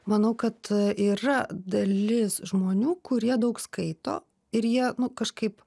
manau kad yra dalis žmonių kurie daug skaito ir jie nu kažkaip